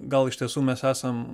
gal iš tiesų mes esam